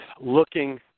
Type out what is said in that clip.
looking